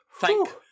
Thank